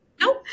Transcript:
nope